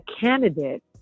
candidate